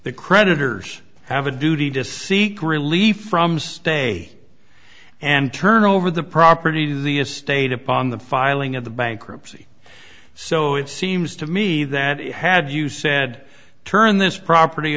the creditors have a duty to seek relief from stay and turn over the property the estate upon the filing of the bankruptcy so it seems to me that it had you said turn this property